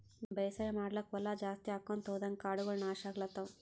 ಬೇಸಾಯ್ ಮಾಡ್ಲಾಕ್ಕ್ ಹೊಲಾ ಜಾಸ್ತಿ ಆಕೊಂತ್ ಹೊದಂಗ್ ಕಾಡಗೋಳ್ ನಾಶ್ ಆಗ್ಲತವ್